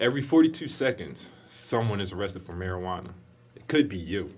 every forty two seconds someone is arrested for marijuana it could be you